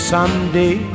Someday